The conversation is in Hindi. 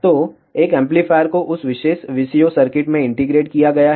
तो एक एम्पलीफायर को उस विशेष VCO सर्किट में इंटीग्रेट किया गया है